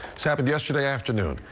this happened yesterday afternoon.